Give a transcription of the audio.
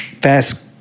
fast